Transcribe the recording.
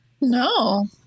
No